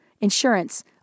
insurance